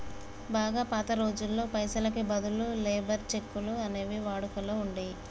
బాగా పాత రోజుల్లో పైసలకి బదులు లేబర్ చెక్కులు అనేవి వాడుకలో ఉండేయ్యి